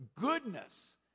goodness